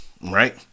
right